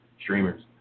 streamers